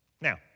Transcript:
Now